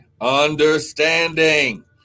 Understanding